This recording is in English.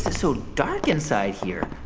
so dark inside here?